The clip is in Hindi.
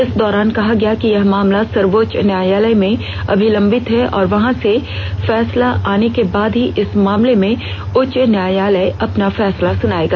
इस दौरान कहा गया कि यह मामला सर्वोच्च न्यायालय में अभी लंबित है और वहां से फैसला आने के बाद ही इस मामले में उच्च न्यायालय अपना फैसला सुनायेगा